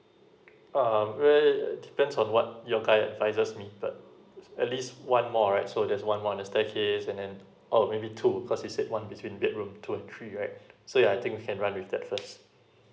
um really depends on what your guide advices me but at least one more right so there's one on the staircase and then oh maybe two because you said one between bedroom two and three right so yeah I think we can run with that first